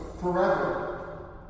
forever